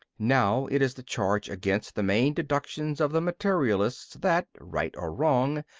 now it is the charge against the main deductions of the materialist that, right or wrong,